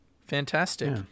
Fantastic